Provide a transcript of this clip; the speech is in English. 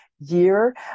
year